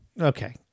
Okay